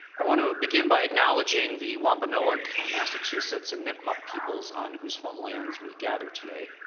i want to ah begin by acknowledging the wampanoag, massachusetts, and nipmuc peoples on whose homelands we gather today.